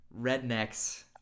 rednecks